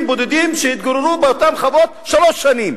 בודדים שהתגוררו באותן חוות שלוש שנים.